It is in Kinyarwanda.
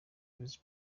visi